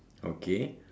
okay